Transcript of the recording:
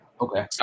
Okay